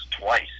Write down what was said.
twice